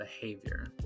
behavior